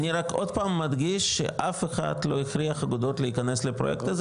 אני רק עוד פעם מדגיש שאף אחד לא הכריח אגודות להיכנס לפרויקט הזה,